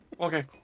okay